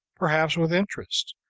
perhaps with interest,